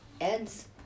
Ed's